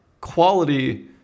Quality